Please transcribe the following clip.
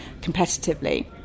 competitively